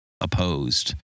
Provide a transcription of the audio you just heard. opposed